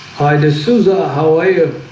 i d'souza how i